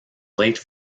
late